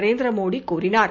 நரேந்திர மோடி கூறினார்